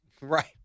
Right